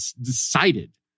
decided